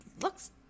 looks